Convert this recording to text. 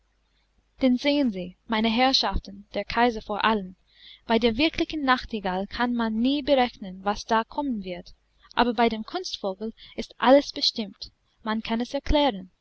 denn sehen sie meine herrschaften der kaiser vor allen bei der wirklichen nachtigall kann man nie berechnen was da kommen wird aber bei dem kunstvogel ist alles bestimmt man kann es erklären